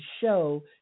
show